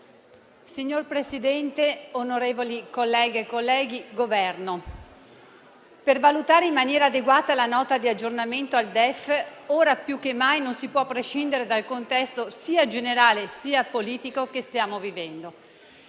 Signor Presidente, onorevoli colleghe e colleghi, membri del Governo, per valutare in maniera adeguata la Nota di aggiornamento al DEF ora più che mai non si può prescindere dal contesto, sia generale sia politico, in cui stiamo vivendo.